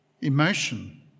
emotion